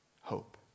hope